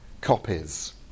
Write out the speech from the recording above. copies